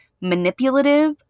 manipulative